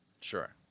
Sure